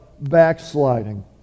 backsliding